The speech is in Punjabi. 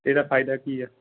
ਇਹਦਾ ਫ਼ਾਇਦਾ ਕੀ ਆ